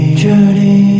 journey